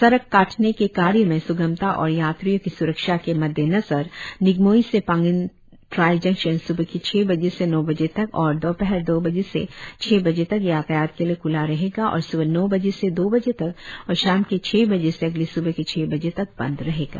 सड़क काटने के कार्य में सुगमता और यात्रियों की सुरक्षा के मद्देनजर निगमोइ से पांगिन ट्राई जंक्शन स्बह के छ बजे से नौ बजे तक और दोपहर दो बजे से छह बजे तक यातायात के लिए खुला रहेगा और सुबह नौ बजे से दो बजे तक और शाम के छह बजे से अगले सुबह के छह बजे तक बंद रहेंगे